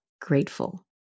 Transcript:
grateful